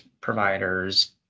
providers